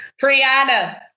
Priyana